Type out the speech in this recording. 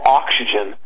oxygen